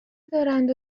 دارند